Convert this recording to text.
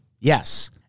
Yes